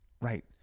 right